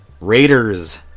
Raiders